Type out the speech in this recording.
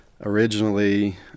Originally